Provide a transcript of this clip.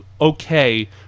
okay